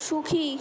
সুখী